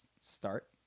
start